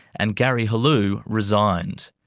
and gary helou resigned.